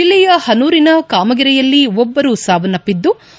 ಜಿಲ್ಲೆಯ ಪನೂರಿನ ಕಾಮಗೆರೆಯಲ್ಲಿ ಒಬ್ಬರು ಸಾವಸ್ವಪ್ಪದ್ನು